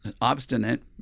obstinate